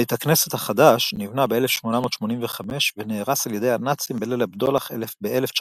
בית הכנסת החדש נבנה ב-1885 ונהרס על ידי הנאצים בליל הבדולח ב-1938.